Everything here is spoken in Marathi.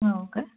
हो काय